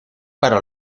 para